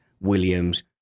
Williams